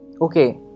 Okay